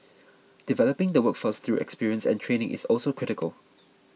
developing the workforce through experience and training is also critical